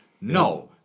no